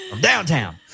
Downtown